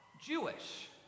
Jewish